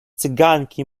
cyganki